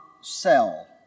sell